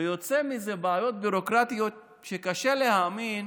ומזה יש בעיות ביורוקרטיות שקשה להאמין